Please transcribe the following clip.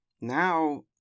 Now